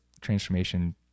transformation